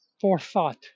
forethought